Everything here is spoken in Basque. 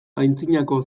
antzinako